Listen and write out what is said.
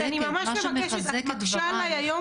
את צודקת, מה שמחזק את דברייך